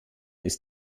ist